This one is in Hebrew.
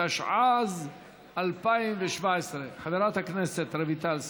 התשע"ז 2017. חברת הכנסת רויטל סויד,